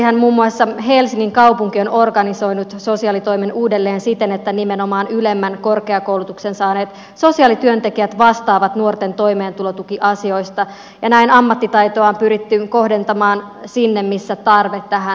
lisäksihän muun muassa helsingin kaupunki on organisoinut sosiaalitoiminnan uudelleen siten että nimenomaan ylemmän korkeakoulutuksen saaneet sosiaalityöntekijät vastaavat nuorten toimeentulotukiasioista ja näin ammattitaitoa on pyritty kohdentamaan sinne missä tarve tähän on suurin